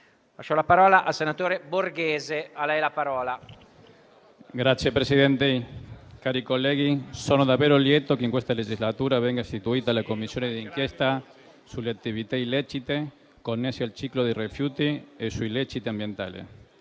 Signor Presidente, cari colleghi, sono davvero lieto che in questa legislatura venga istituita la Commissione di inchiesta sulle attività illecite connesse al ciclo dei rifiuti e su illeciti ambientali.